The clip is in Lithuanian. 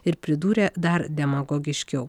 ir pridūrė dar demagogiškau